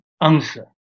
answer